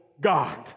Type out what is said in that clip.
God